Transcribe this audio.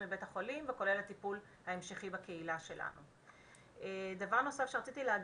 בבתי החולים וכולל המשך הטיפול בקהילה שלה.